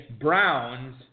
Browns